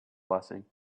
blessing